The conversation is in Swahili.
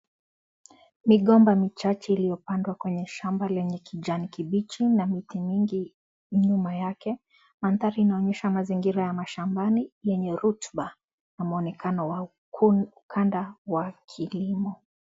Migomba michache iliyopandwa kwenye shamba lenye kijani kibichi na miti mingi nyuma yake mandhari inaonyesha mazingira ya mashambani yenye rotuba na muonekano wa ukanda wa kilimo